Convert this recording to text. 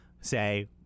say